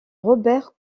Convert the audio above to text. robert